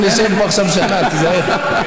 אנחנו נשב פה עכשיו שנה, היזהר.